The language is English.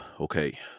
Okay